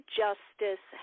justice